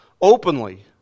openly